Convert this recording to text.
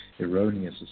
erroneous